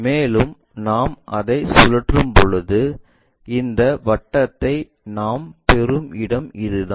மேலும் நாம் அதை சுழற்றும்போது இந்த வட்டத்தை நாம் பெறும் இடம் இதுதான்